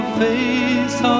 face